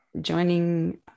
joining